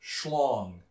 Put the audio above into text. schlong